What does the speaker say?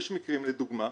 יש מקרים לדוגמה,